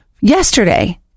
Yesterday